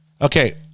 Okay